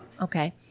okay